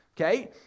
Okay